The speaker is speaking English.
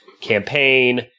campaign